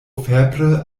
febre